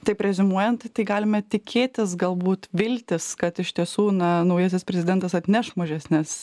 taip reziumuojant galime tikėtis galbūt viltis kad iš tiesų na naujasis prezidentas atneš mažesnes